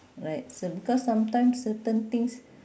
right some because sometimes certain things